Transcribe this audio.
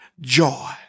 joy